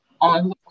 on